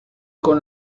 con